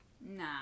Nah